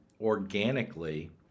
organically